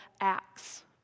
acts